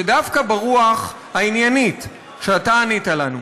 שדווקא ברוח העניינית שבה אתה ענית לנו,